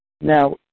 Now